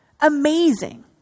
amazing